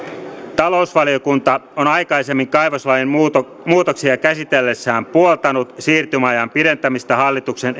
talousvaliokunta on aikaisemmin kaivoslain muutoksia muutoksia käsitellessään puoltanut siirtymäajan pidentämistä hallituksen